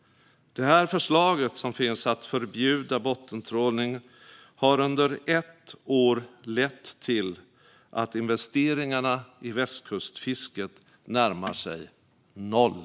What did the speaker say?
Det förslag som finns om att förbjuda bottentrålning har under ett år lett till att investeringarna i västkustfisket närmar sig noll.